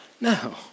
No